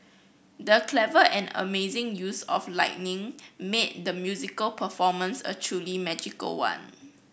the clever and amazing use of lighting made the musical performance a truly magical one